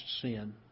sin